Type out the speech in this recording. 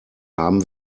haben